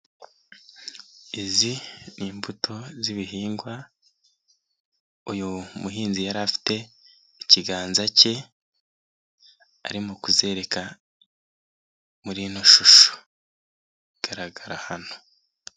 Izi ni imbuto z'ibihingwa uyu muhinzi yari afite ikiganza cye arimo kuzerereka muri ino shusho igaragara hano.